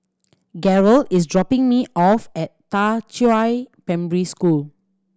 Gearld is dropping me off at Da Qiao Primary School